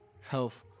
health